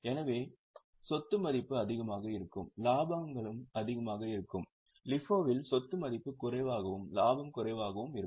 எனவே சொத்து மதிப்பு அதிகமாக இருக்கும் இலாபங்களும் அதிகமாக இருக்கும் LIFO இல் சொத்து மதிப்பு குறைவாகவும் லாபம் குறைவாகவும் இருக்கும்